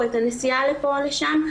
או את הנסיעה לפה או לשם.